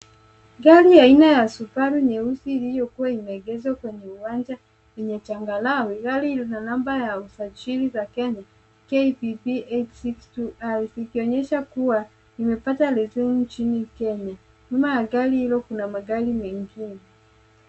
Gari aina ya subaru nyeusi iliyokuwa imeegeshwa kwenye uwanja wenye changarawe. Gari lina namba ya usajili za Kenya, KCV eight siz two R,likionyesha kuwa limepata leseni nchini Kenya. Nyuma ya gari hilo kuna magari mengine.